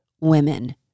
women